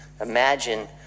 Imagine